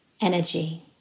energy